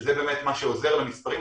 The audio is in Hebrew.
שזה באמת מה שעוזר למספרים,